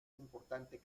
importantes